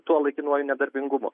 tuo laikinuoju nedarbingumu